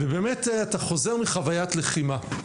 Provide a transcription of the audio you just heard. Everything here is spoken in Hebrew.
ואתה באמת חוזר מחוויית לחימה.